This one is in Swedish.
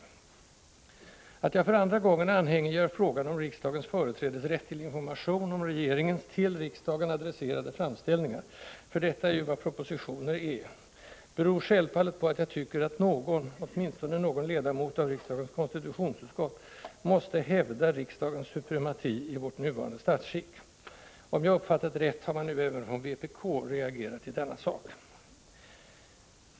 å Att jag för andra gången anhängiggör frågan om riksdagens företrädesrätt till information om regeringens till riksdagen adresserade framställningar — för detta är ju vad propositioner är — beror självfallet på att jag tycker att någon, åtminstone någon ledamot av riksdagens konstitutionsutskott, måste hävda riksdagens supremati i vårt nuvarande statsskick. Om jag uppfattat rätt har man nu även från vpk reagerat i denna sak.